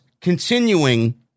continuing